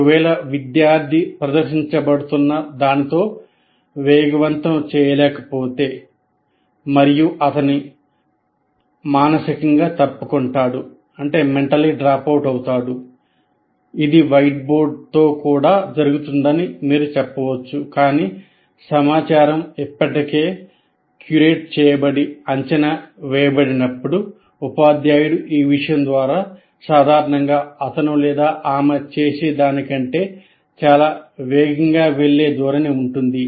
ఒకవేళ విద్యార్థి ప్రదర్శించబడుతున్న దానితో వేగవంతం చేయలేకపోతే ఉపాధ్యాయుడు ఈ విషయం ద్వారా సాధారణంగా అతను లేదా ఆమె చేసేదానికంటే చాలా వేగంగా వెళ్ళే ధోరణి ఉంటుంది